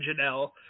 Janelle